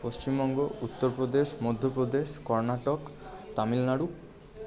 Paschimbanga Uttar Pradesh Madhya Pradesh Karnataka Tamil Nadu